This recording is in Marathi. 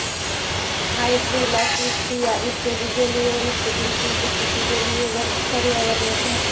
हायड्रिला, पिस्टिया इत्यादी जलीय वनस्पतींची उपस्थिती जलीय पर्यावरणात राहते